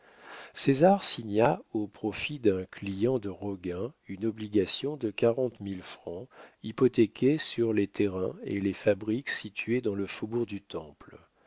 crottat césar signa au profit d'un client de roguin une obligation de quarante mille francs hypothéqués sur les terrains et les fabriques situés dans le faubourg du temple